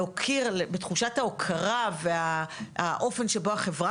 להוקיר בתחושת ההוקרה והאופן שבו החברה